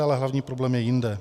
Ale hlavní problém je jinde.